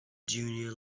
junior